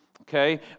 Okay